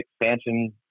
expansion